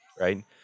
right